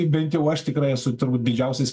bent jau aš tikrai esu turbūt didžiausias